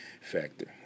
factor